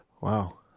Wow